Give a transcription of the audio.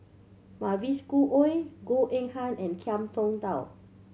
Mavis Khoo Oei Goh Eng Han and Ngiam Tong Dow